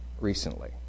recently